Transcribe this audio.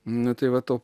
nu tai va to